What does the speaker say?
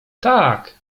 tak